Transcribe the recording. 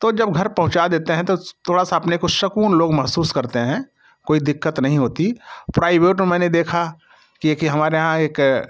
तो जब घर पहुँचा देते हैं थोड़ा सा अपने को सकून लोग महसूस करते हैं कोई दिक्कत नहीं होती है प्राइवेट में मैंने देखा के कि हमारे यहाँ एक